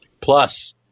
Plus